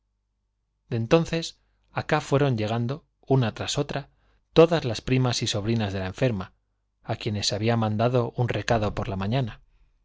entonces acá fueron llegando una tras otra todas las primas y sobrinas de la enferma á quienes se había mandado recado por la mañana